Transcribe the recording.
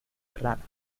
rana